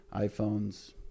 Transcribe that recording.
iPhones